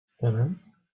seven